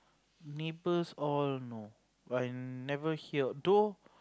neighbors all know but I never hear though